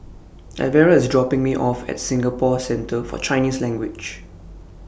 Elvera IS dropping Me off At Singapore Centre For Chinese Language